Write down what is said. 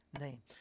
name